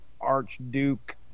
Archduke